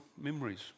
memories